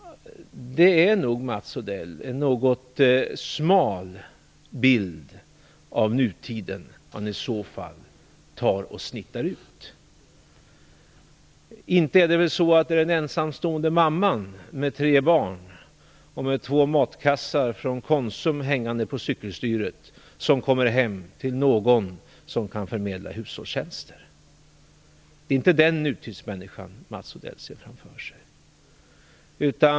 Det är nog, Mats Odell, en något smal bild av nutiden man i så fall snittar ut. Inte är det väl den ensamstående mamman med tre barn och två matkassar från Konsum hängande på cykelstyret som kommer hem till någon som kan förmedla hushållstjänster? Det är inte den nutidsmänniskan Mats Odell ser framför sig.